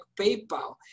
PayPal